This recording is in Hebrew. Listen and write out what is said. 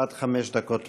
עד חמש דקות לרשותך.